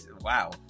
wow